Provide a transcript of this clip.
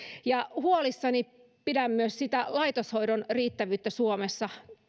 ja huolissani olen myös siitä laitoshoidon riittävyydestä suomessa